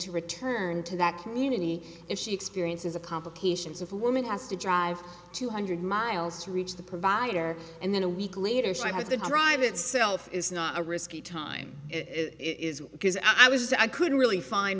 to return to that community if she experiences of complications of a woman has to drive two hundred miles to reach the provider and then a week later she has the drive itself is not a risky time it is because i was i couldn't really find